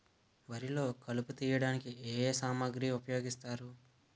వరిలో కలుపు తియ్యడానికి ఏ ఏ సామాగ్రి ఉపయోగిస్తారు?